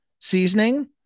seasoning